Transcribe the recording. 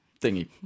thingy